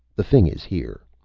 the thing is here.